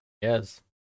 Yes